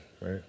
right